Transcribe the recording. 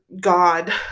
God